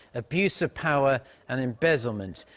abuse of power and embezzlement.